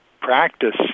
practice